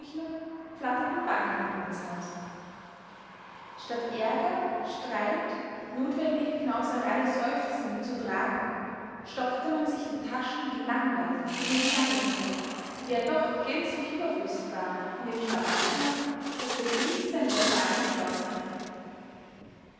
flatterten banknoten ins haus statt ärger streit notwendige knauserei seufzend zu tragen stopfte man sich die taschen gelangweilt mit den scheinen voll die ja doch gänzlich überflüssig waren in dem schlaraffenland das der krieg seinen vasallen erschlossen hatte